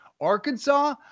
Arkansas